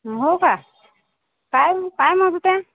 हो का काय काय मागत आहे